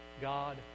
God